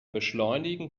beschleunigen